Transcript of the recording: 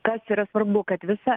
kas yra svarbu kad visa